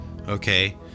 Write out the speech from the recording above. okay